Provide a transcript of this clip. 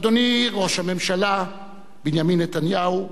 אדוני ראש הממשלה בנימין נתניהו,